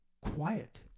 quiet